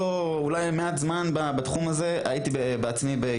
לא, זה לא רלוונטי.